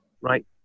right